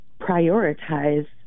prioritize